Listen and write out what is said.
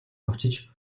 очиж